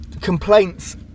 complaints